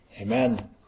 Amen